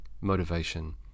motivation